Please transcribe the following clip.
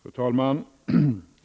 Fru talman!